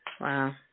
wow